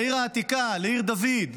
לעיר העתיקה, לעיר דוד,